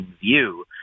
view